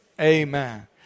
Amen